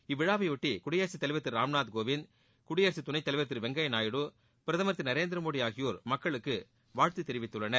இவ்விழாவைபொட்டி குடியரசுத் தலைவர் திரு ராம்நாத் கோவிந்த் குடியரசு துணைத் தலைவர் திரு வெங்கப்யா நாயுடு பிரதமர் திரு நரேந்திரமோடி ஆகியோர் மக்களுக்கு வாழ்த்து தெரிவித்துள்ளனர்